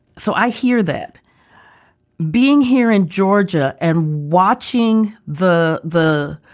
so i hear that being here in georgia and watching the the